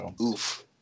Oof